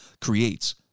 creates